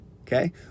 okay